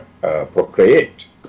procreate